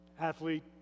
Athlete